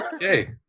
Hey